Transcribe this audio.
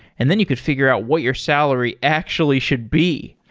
and then you could figure out what your salary actually should be.